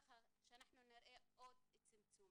כך שאנחנו נראה עוד צמצום.